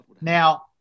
now